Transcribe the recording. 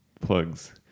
plugs